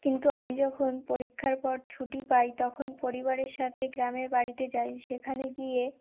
কিন্তু আমি যখন পরীক্ষার পর ছুটি পাই তখন পরিবারের সাথে গ্রামের বাড়িতে যাই সেখানে গিয়ে